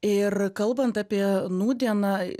ir kalbant apie nūdieną